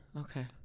okay